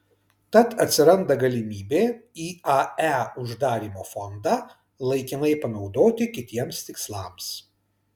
tad atsiranda galimybė iae uždarymo fondą laikinai panaudoti kitiems tikslams